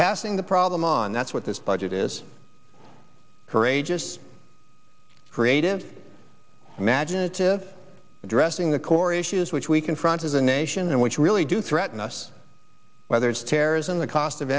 passing the problem on that's what this budget is courageous creative imaginative addressing the core issues which we confront as a nation and which really do threaten us whether it's terrorism the cost of